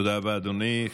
תודה רבה, אדוני.